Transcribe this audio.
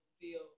feel